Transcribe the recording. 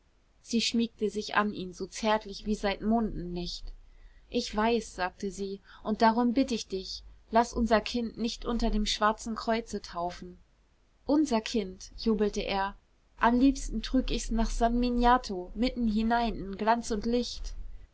sie schmiegte sich an ihn so zärtlich wie seit monden nicht ich weiß sagte sie und darum bitt ich dich laß unser kind nicht unter dem schwarzen kreuze taufen unser kind jubelte er am liebsten trüg ich's nach san miniato mitten hinein in glanz und licht